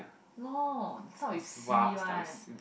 no start with C one